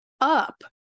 up